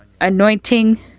anointing